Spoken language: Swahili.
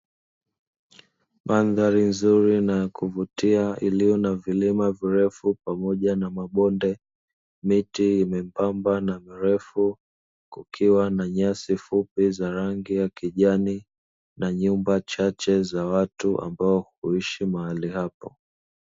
Mandhali nzuri na ya kuvutia, iliyo na vilima virefu pamoja na mabonde, miti ni membamba na mirefu, kukiwa na nyasi fupi za rangi ya kijani, na nyumba chache za watu ambao huishi mahali hapo.